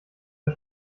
der